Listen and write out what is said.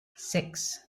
six